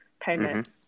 payment